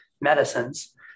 medicines